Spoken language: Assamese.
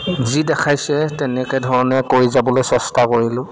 যি দেখাইছে তেনেকে ধৰণে কৰি যাবলৈ চেষ্টা কৰিলোঁ